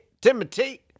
Timothy